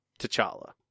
T'Challa